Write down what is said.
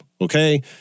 okay